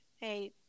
hey